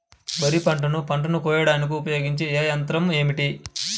వరిపంటను పంటను కోయడానికి ఉపయోగించే ఏ యంత్రం ఏమిటి?